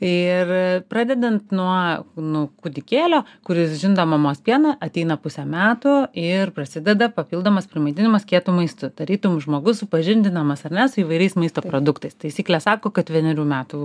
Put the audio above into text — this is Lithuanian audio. ir pradedant nuo nu kūdikėlio kuris žinda mamos pieną ateina pusė metų ir prasideda papildomas maitinimas kietu maistu tarytum žmogus supažindinamas ar ne su įvairiais maisto produktais taisyklės sako kad vienerių metų